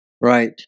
Right